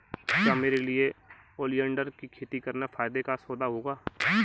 क्या मेरे लिए ओलियंडर की खेती करना फायदे का सौदा होगा?